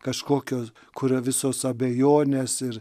kažkokios kur yra visos abejonės ir